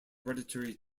hereditary